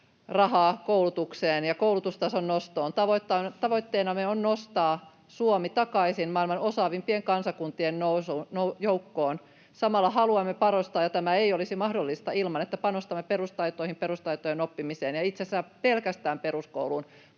rahaa koulutukseen ja koulutustason nostoon. Tavoitteenamme on nostaa Suomi takaisin maailman osaavimpien kansakuntien joukkoon. Samalla haluamme panostaa, ja tämä ei olisi mahdollista ilman, että panostamme perustaitoihin ja perustaitojen oppimiseen. Itse asiassa pelkästään peruskouluun